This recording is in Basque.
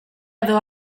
edo